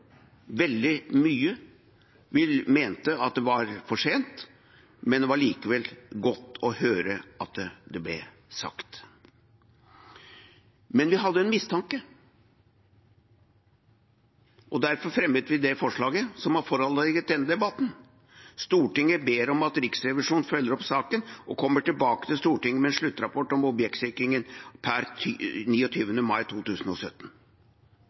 veldig mye. Vi mente at det var for sent, men det var likevel godt å høre at det ble sagt. Men vi hadde en mistanke, og derfor fremmet vi det forslaget som har foranlediget denne debatten: «Stortinget ber om at Riksrevisjonen følger opp saken og kommer tilbake til Stortinget med en statusrapport om objektsikring per 29. mai 2017.»